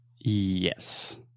Yes